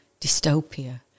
dystopia